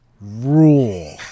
rule